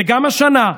וגם השנה,